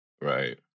Right